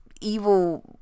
evil